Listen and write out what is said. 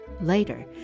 Later